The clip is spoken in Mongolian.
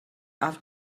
авч